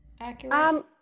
accurate